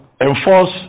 enforce